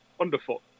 Underfoot